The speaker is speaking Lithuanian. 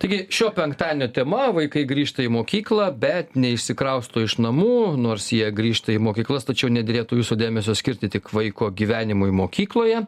taigi šio penktadienio tema vaikai grįžta į mokyklą bet neišsikrausto iš namų nors jie grįžta į mokyklas tačiau nederėtų jūsų dėmesio skirti tik vaiko gyvenimui mokykloje